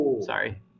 Sorry